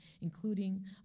including